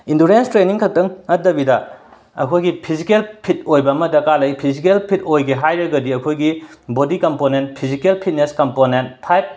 endurance training ꯈꯛꯇꯪ ꯅꯠꯇꯕꯤꯗ ꯑꯩꯈꯣꯏꯒꯤ ꯐꯤꯖꯤꯀꯦꯜ ꯐꯤꯠ ꯑꯣꯏꯕ ꯑꯃ ꯗꯔꯀꯥꯔ ꯂꯩ ꯐꯤꯖꯤꯀꯦꯜ ꯐꯤꯠ ꯑꯣꯏꯒꯦ ꯍꯥꯏꯔꯒꯗꯤ ꯑꯩꯈꯣꯏꯒꯤ body component physical fitness component five